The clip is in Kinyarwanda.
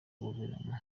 guverinoma